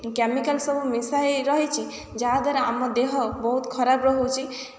chemical ସବୁ ମିଶାହେଇ ରହିଛି ଯାହାଦ୍ୱାରା ଆମ ଦେହ ବହୁତ୍ ଖରାପ୍ ରହୁଛି